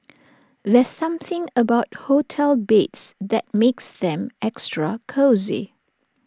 there's something about hotel beds that makes them extra cosy